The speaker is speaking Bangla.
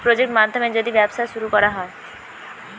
প্রজেক্ট মাধ্যমে যদি ব্যবসা শুরু করা হয়